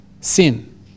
sin